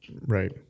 Right